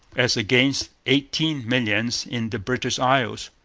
as against eighteen millions in the british isles.